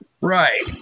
Right